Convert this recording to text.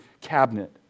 cabinet